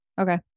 Okay